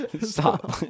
stop